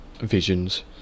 visions